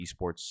esports